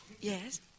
Yes